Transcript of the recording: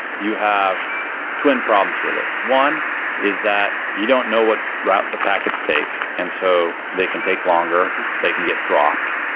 you have twin problems with it. one is that you don't know what route the packets take, and so they can take longer, they can get dropped,